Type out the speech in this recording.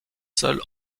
seuls